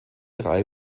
reihe